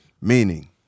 Meaning